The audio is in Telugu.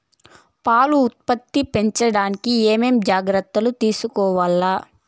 పాల ఉత్పత్తి పెంచడానికి ఏమేం జాగ్రత్తలు తీసుకోవల్ల?